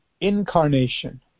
incarnation